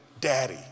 daddy